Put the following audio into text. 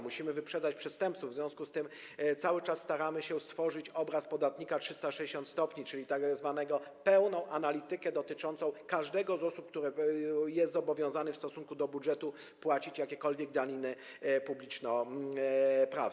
Musimy wyprzedzać przestępców, w związku z tym cały czas staramy się stworzyć obraz podatnika 360 stopni, czyli tzw. pełną analitykę dotyczącą każdej z osób, która była i jest zobowiązana w stosunku do budżetu, by płacić jakiekolwiek daniny publicznoprawne.